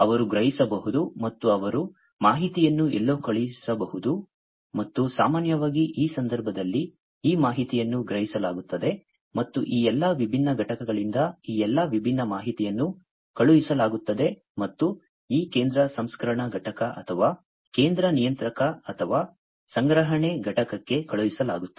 ಅವರು ಗ್ರಹಿಸಬಹುದು ಮತ್ತು ಅವರು ಮಾಹಿತಿಯನ್ನು ಎಲ್ಲೋ ಕಳುಹಿಸಬಹುದು ಮತ್ತು ಸಾಮಾನ್ಯವಾಗಿ ಈ ಸಂದರ್ಭದಲ್ಲಿ ಈ ಮಾಹಿತಿಯನ್ನು ಗ್ರಹಿಸಲಾಗುತ್ತದೆ ಮತ್ತು ಈ ಎಲ್ಲಾ ವಿಭಿನ್ನ ಘಟಕಗಳಿಂದ ಈ ಎಲ್ಲಾ ವಿಭಿನ್ನ ಮಾಹಿತಿಯನ್ನು ಕಳುಹಿಸಲಾಗುತ್ತದೆ ಮತ್ತು ಈ ಕೇಂದ್ರ ಸಂಸ್ಕರಣಾ ಘಟಕ ಅಥವಾ ಕೇಂದ್ರ ನಿಯಂತ್ರಕ ಅಥವಾ ಸಂಗ್ರಹಣೆ ಘಟಕಕೆ ಕಳುಹಿಸಲಾಗುತ್ತದೆ